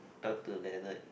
talked to Ben right